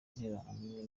interahamwe